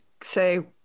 say